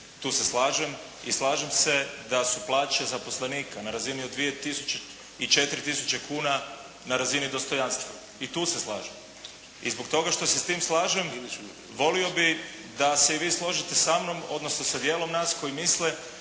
Tu se slažem i slažem se da su plaće zaposlenika na razini od 2000 i 4000 kuna na razini dostojanstva. I tu se slažem, i zbog toga što se s tim slažem volio bih da se i vi složite sa mnom, odnosno sa dijelom nas koji misle